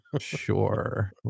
Sure